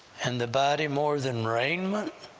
and the body more than raiment?